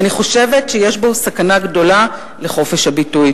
אבל אני חושבת שיש בו סכנה גדולה לחופש הביטוי.